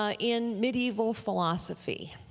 ah in medieval philosophy.